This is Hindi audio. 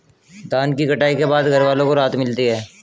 धान की कटाई के बाद घरवालों को राहत मिलती है